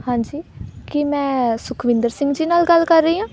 ਹਾਂਜੀ ਕੀ ਮੈਂ ਸੁਖਵਿੰਦਰ ਸਿੰਘ ਜੀ ਨਾਲ ਗੱਲ ਕਰ ਰਹੀ ਹਾਂ